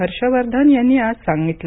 हर्ष वर्धन यांनी आज सांगितलं